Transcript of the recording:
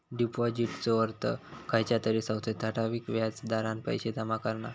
डिपाॅजिटचो अर्थ खयच्या तरी संस्थेत ठराविक व्याज दरान पैशे जमा करणा